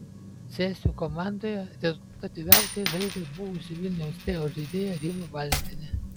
cėsių komandoje rezultatyviausiai žaidė buvusi vilniaus teo žaidėja rima valentienė